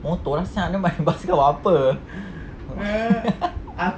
motor lah sia basikal buat apa